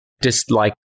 dislike